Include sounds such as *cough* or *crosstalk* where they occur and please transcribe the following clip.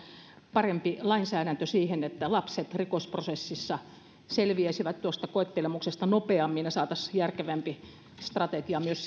parempi lainsäädäntö siihen että lapset rikosprosessissa selviäisivät tuosta koettelemuksesta nopeammin ja saataisiin järkevämpi strategia myös *unintelligible*